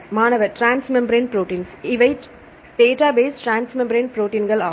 மாணவர் ட்ரான்ஸ்மெம்ரேன்ப்ரோடீன்ஸ் இவை டேட்டாபேஸ் ட்ரான்ஸ்மெம்ரேன்ப்ரோடீன்ஸ்கள் ஆகும்